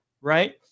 Right